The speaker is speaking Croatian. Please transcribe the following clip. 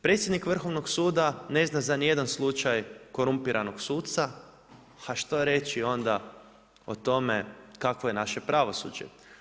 Predsjednik Vrhovnog suda, ne zna ni za jedan slučaj korumpiranog suca, ha što reći onda o tome, kakvo je naše pravosuđe?